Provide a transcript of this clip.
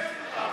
תתבייש לך.